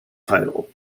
title